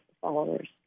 followers